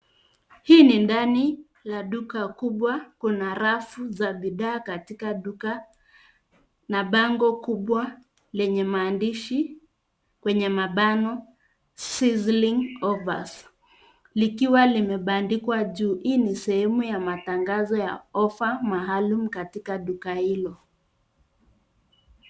Hii ni ndani la duka kubwa, kuna rafu za bidhaa katika duka na bango kubwa lenye maandishi kwenye mabano {cs}sizzling offers{cs}likiwa limebankiwa juu. Hii ni sehemu ya matangazo ya {cs}offers{cs} maaalum katika duka hilo.